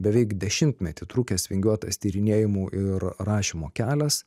beveik dešimtmetį trukęs vingiuotas tyrinėjimų ir rašymo kelias